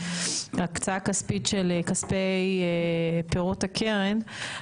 הקצאה כספית של כספי פירות הקרן,